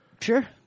Sure